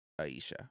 Aisha